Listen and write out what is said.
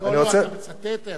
לא, גמרתי לצטט.